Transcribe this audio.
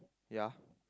ya